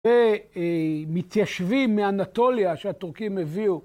ומתיישבים מאנטוליה שהתורכים הביאו.